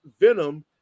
Venom